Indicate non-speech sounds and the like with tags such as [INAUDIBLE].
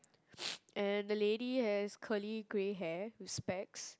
[NOISE] and the lady has curly grey hair with specs